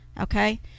Okay